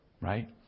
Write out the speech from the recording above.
right